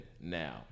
now